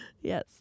yes